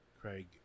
Craig